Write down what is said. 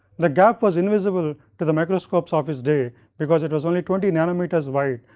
the gap was invisible to the microscopes of his day, because it was only twenty nanometers wide,